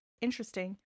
interesting